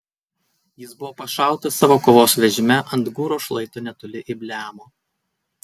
jis buvo pašautas savo kovos vežime ant gūro šlaito netoli ibleamo